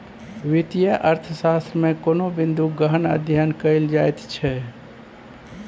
वित्तीय अर्थशास्त्रमे कोनो बिंदूक गहन अध्ययन कएल जाइत छै